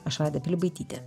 aš vaida pilibaitytė